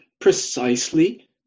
precisely